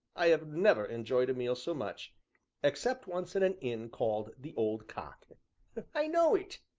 i have never enjoyed a meal so much except once at an inn called the old cock i know it,